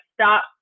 stop